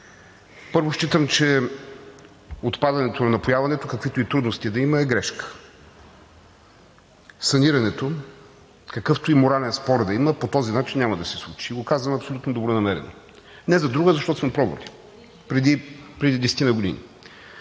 Първо, считам, че отпадането на напояването, каквито и трудности да има, е грешка. Санирането – какъвто и морален спор да има, по този начин няма да се случи. И го казвам абсолютно добронамерено – не за друго, а защото сме пробвали преди десетина